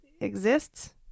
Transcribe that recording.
exists